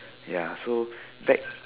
ya so back